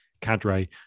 cadre